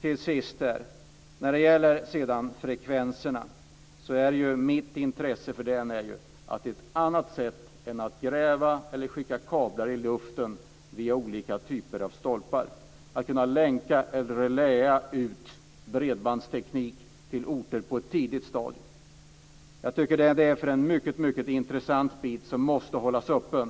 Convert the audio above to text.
Till sist vill jag säga att när det gäller frekvenserna är ju mitt intresse att hitta ett annat sätt än att gräva eller skicka kablar i luften via olika typer av stolpar. Det handlar om att kunna länka eller reläa ut bredbandsteknik till orter på ett tidigt stadium. Jag tycker att detta är en mycket intressant bit. Det här måste hållas öppet.